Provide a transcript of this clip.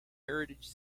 heritage